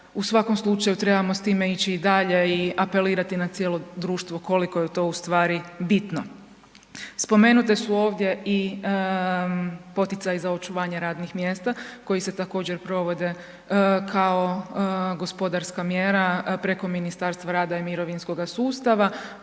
u svakom slučaju trebamo s time ići i dalje i apelirati na cijelo društvo koliko je to ustvari bitno. Spomenute su ovdje i poticaji za očuvanje radnih mjesta koji se također provode kao gospodarska mjera preko Ministarstva rada i mirovinskoga sustava,